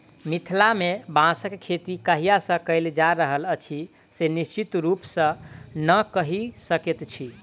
मिथिला मे बाँसक खेती कहिया सॅ कयल जा रहल अछि से निश्चित रूपसॅ नै कहि सकैत छी